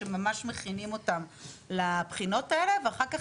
שממש מכינים אותם לבחינות האלה ואחר כך